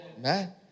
Man